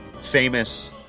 famous